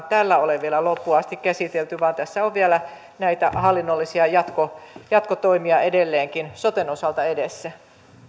tällä ole vielä loppuun asti käsitelty vaan tässä on vielä näitä hallinnollisia jatkotoimia edelleenkin soten osalta edessä